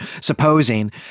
supposing